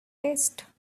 taste